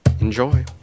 Enjoy